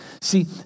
see